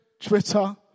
Twitter